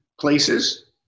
places